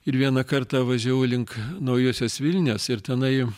ir vieną kartą važiavau link naujosios vilnios ir tenai